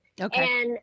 Okay